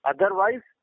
Otherwise